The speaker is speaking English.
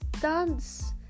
dance